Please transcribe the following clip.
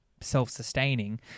self-sustaining